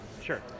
Sure